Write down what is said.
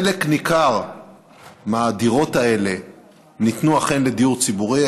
חלק ניכר מהדירות האלה ניתנו אכן לדיור ציבורי,